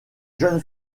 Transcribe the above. jeune